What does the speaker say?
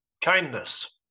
kindness